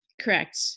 correct